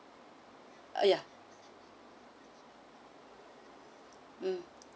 ah ya mm